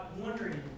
wondering